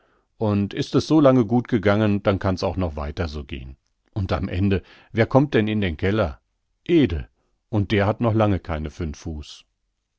und ist es so lange so gegangen so kann's auch noch weiter so gehn und am ende wer kommt denn in den keller ede und der hat noch lange keine fünf fuß